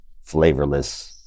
flavorless